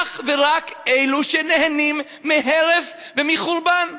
אך ורק אלו שנהנים מהרס וחורבן.